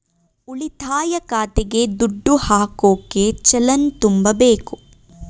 ಉಳಿತಾಯ ಖಾತೆಗೆ ದುಡ್ಡು ಹಾಕೋಕೆ ಚಲನ್ ತುಂಬಬೇಕು